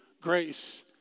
grace